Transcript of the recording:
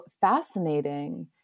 fascinating